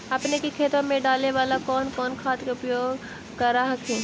अपने के खेतबा मे डाले बाला कौन कौन खाद के उपयोग कर हखिन?